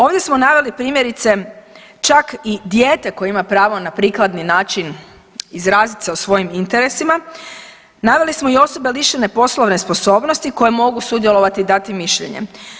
Ovdje smo naveli primjerice čak i dijete koje ima pravo na prikladni način izrazit se o svojim interesima naveli smo i osobe lišene poslovne sposobnosti koje mogu sudjelovati i dati mišljenje.